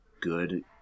good